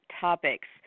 topics